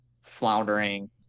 floundering